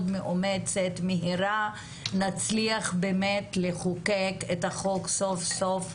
מאומצת ומהירה נצליח באמת לחוקק את החוק סוף סוף,